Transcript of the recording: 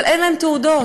אבל אין להם תעודות,